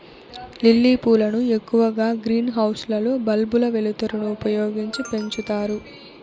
lily పూలను ఎక్కువగా green house లలో బల్బుల వెలుతురును ఉపయోగించి పెంచుతారు